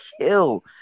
kill